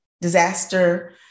disaster